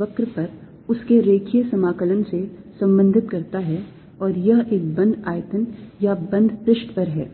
वक्र पर उसके रेखीय समाकलन से संबंधित करता है और यह एक बंद आयतन या बंद पृष्ठ पर है